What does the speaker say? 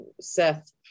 Seth